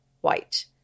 white